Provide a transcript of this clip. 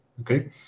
Okay